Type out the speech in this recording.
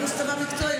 ואם יש צבא מקצועי,